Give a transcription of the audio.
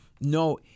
No